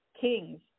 kings